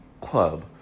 Club